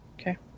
Okay